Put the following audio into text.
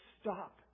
stop